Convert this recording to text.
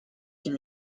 une